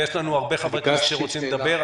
ויש לנו הרבה חברי כנסת שרוצים לדבר.